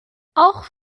auch